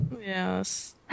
Yes